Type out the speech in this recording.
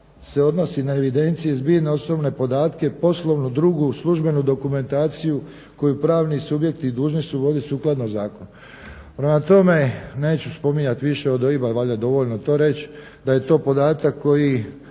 se odnosi na evidencije i zbirne osobne podatke poslovnu, drugu službenu dokumentaciju koju pravni subjekti dužni su voditi sukladno zakonu. Prema tome, neću spominjati više od OIB-a valjda je to dovoljno reći da je to podatak koji